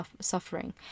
suffering